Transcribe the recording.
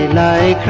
and nine